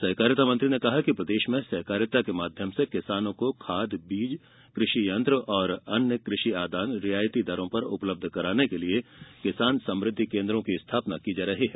सहकारिता मंत्री ने कहा कि प्रदेश में सहकारिता के माध्यम से किसानों को खाद बीज कृषि यंत्र और अन्य कृषि आदान रियायती दर पर उपलब्ध कराने के लिए किसान समृद्धि केंद्रों की स्थापना की जा रही है